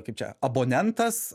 kaip čia abonentas